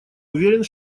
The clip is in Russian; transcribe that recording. уверен